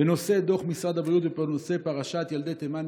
בנושא דוח משרד הבריאות בנושא פרשת ילדי תימן,